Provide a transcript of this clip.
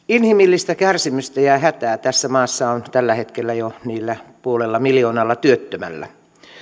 inhimillistä kärsimystä ja hätää tässä maassa on tällä hetkellä jo niillä puolella miljoonalla työttömällä